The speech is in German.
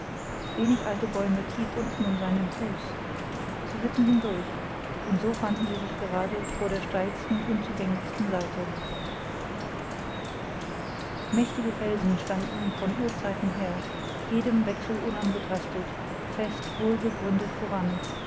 wenig alte bäume tief unten um seinen fuß sie ritten hindurch und so fanden sie sich gerade vor der steilsten unzugänglichsten seite mächtige felsen standen von urzeiten her jedem wechsel unangetastet fest wohlgegründet voran